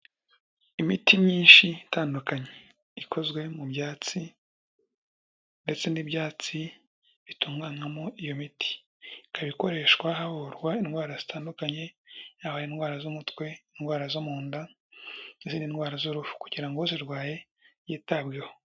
Imiti myinshi itandukanye ikozwe mu byatsi ndetse n'ibyatsi bitunganywamo iyo miti, ikaba ikoreshwa havurwa indwara zitandukanye, yaba indwara z'umutwe, indwara zo mu nda n'izindi ndwara z'uruhu kugira ngo uzirwaye yitabweho.